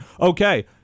okay